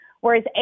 Whereas